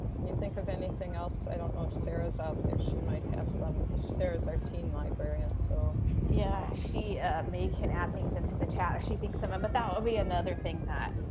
can you think of anything else? i don't know if sara's out there, she might have some sara's our teen librarian. so yeah she may can add things into the chat if she thinks of them. but that would be another thing that